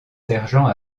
sergents